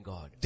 God